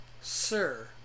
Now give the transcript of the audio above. sir